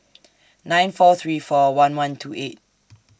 nine four three four one one two eight